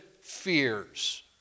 fears